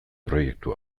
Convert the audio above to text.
proiektu